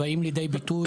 באים לידי ביטוי,